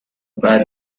but